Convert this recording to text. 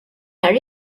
nhar